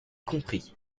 compris